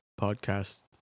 Podcast